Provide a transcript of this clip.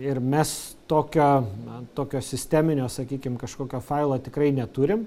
ir mes tokią na tokio sisteminio sakykim kažkokio failo tikrai neturim